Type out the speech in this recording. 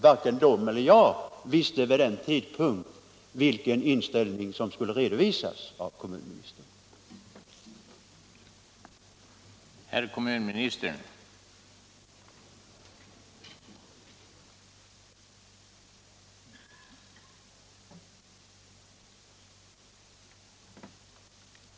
Varken de eller jag visste vid den tidpunkten vilken inställning som skulle redovisas av kommunministern.